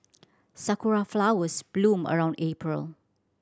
sakura flowers bloom around April